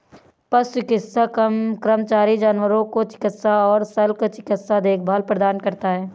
पशु चिकित्सा कर्मचारी जानवरों को चिकित्सा और शल्य चिकित्सा देखभाल प्रदान करता है